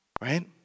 Right